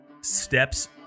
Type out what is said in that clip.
steps